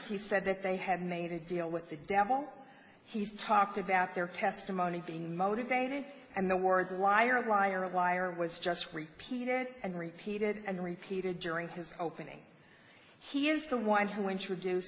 he said that they had made a deal with the devil he's talked about their testimony being motivated and the word liar liar liar was just repeated and repeated and repeated during his opening he is the one who introduced